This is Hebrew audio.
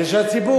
בכסף של הציבור.